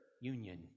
Union